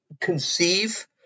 conceive